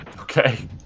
Okay